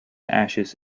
ashes